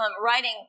writing